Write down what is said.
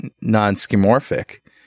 non-schemorphic